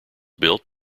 built